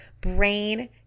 brain